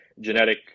genetic